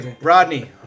Rodney